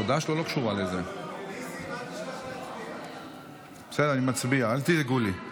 רווחה (זכויות נשים ששהו במקלט לנשים מוכות) (תיקון,